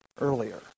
earlier